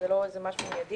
כלומר זה לא דבר מיידי.